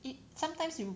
it sometimes you